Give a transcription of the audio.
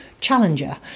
challenger